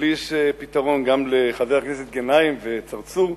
יש לי פתרון גם לחבר הכנסת גנאים ולחבר הכנסת צרצור,